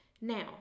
Now